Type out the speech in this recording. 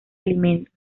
alimentos